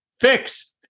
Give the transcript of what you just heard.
fix